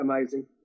amazing